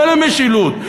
לא למשילות.